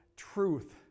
truth